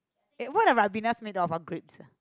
eh what are Ribenas made up of grapes ah